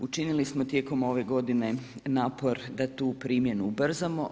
Učinili smo tijekom ove godine napor da tu primjenu ubrzamo.